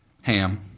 Ham